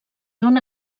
dóna